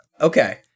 Okay